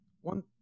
one